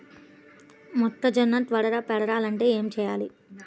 మొక్కజోన్న త్వరగా పెరగాలంటే ఏమి చెయ్యాలి?